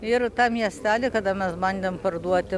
ir tam miestely kada mes bandėm parduoti